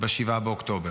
ב-7 באוקטובר,